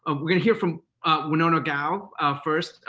ah we're going to hear from winona gao first.